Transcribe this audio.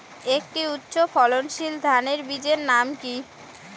একটি উচ্চ ফলনশীল ধানের বীজের নাম কী?